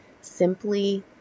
simply